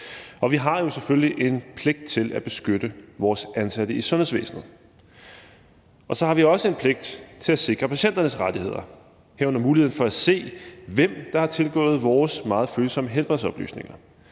Vi har selvfølgelig en pligt til at beskytte vores ansatte i sundhedsvæsenet, og så har vi også en pligt til at sikre patienternes rettigheder, herunder muligheden for at se, hvem der har tilgået vores meget følsomme helbredsoplysninger.